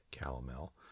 calomel